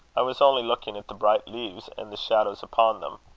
i was only looking at the bright leaves, and the shadows upon them.